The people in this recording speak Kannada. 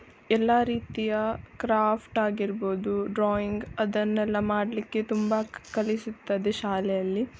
ಎಲ್ಲಾ ರೀತಿಯ ಕ್ರಾಫ್ಟ್ ಆಗಿರ್ಬೋದು ಡ್ರಾಯಿಂಗ್ ಅದನ್ನೆಲ್ಲ ಮಾಡಲಿಕ್ಕೆ ತುಂಬಾ ಕಲಿಸುತ್ತದೆ ಶಾಲೆಯಲ್ಲಿ